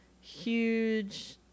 Huge